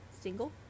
Single